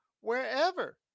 wherever